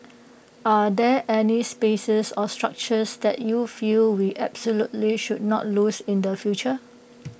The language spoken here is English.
are there any spaces or structures that you feel we absolutely should not lose in the future